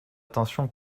attention